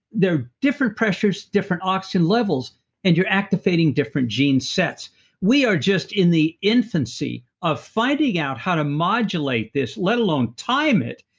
there are different pressures, different oxygen levels and you're active fading different gene sets we are just in the infancy of finding out how to modulate this, let alone time it,